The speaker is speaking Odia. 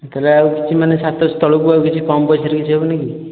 ତା'ହେଲେ ଆଉ କିଛି ମାନେ ସାତ ଶହ ତଳକୁ ଆଉ କିଛି କମ୍ ପଇସାରେ କିଛି ହେବନି କି